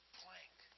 plank